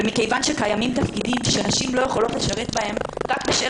ומכיוון שקיימים תפקידים שנשים לא יכולות לשרת בהם רק בשל